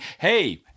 hey—